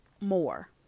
more